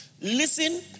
Listen